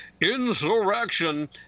insurrection